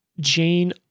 Jane